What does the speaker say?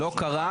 לא רק זה,